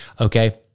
Okay